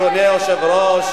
אדוני היושב-ראש,